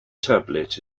tablet